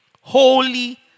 Holy